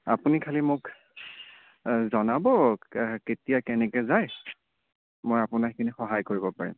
আপুনি খালী মোক জনাব কেতিয়া কেনেকৈ যায় মই আপোনাক সেইখিনি সহায় কৰিব পাৰিম